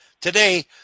today